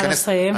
נא לסיים.